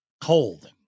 cold